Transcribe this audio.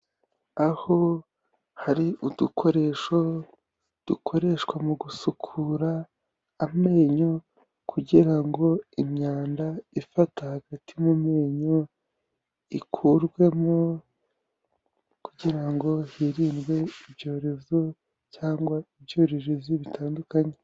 Aho hari udukoresho dukoreshwa mu gusukura amenyo, kugirango imyanda ifata hagati mu menyo, ikurwemo kugirango hirindwe ibyorezo cyangwa ibyuririzi bitandukanye.